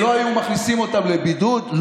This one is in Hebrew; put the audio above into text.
והיו מכניסים אותם לבידוד,